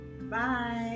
Bye